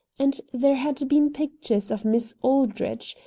and there had been pictures of miss aldrich,